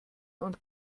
und